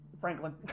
Franklin